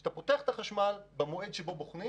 שאתה פותח את החשמל במועד שבו בוחנים